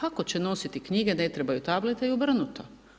Ako će nositi knjige ne trebaju tablete i obrnuto.